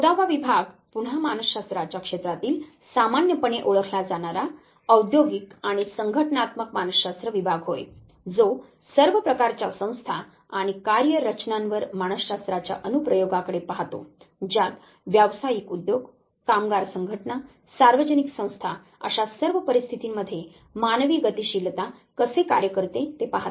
चौदावा विभाग पुन्हा मानसशास्त्राच्या क्षेत्रातील सामान्यपणे ओळखला जाणारा औद्योगिक आणि संघटनात्मक मानसशास्त्र विभाग होय जो सर्व प्रकारच्या संस्था आणि कार्य रचनांवर मानसशास्त्राच्या अनुप्रयोगाकडे पाहतो ज्यात व्यावसायिक उद्योग कामगार संघटना सार्वजनिक संस्था अशा सर्व परिस्थितींमध्ये मानवी गतिशीलता कसे कार्य करते ते पाहते